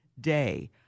day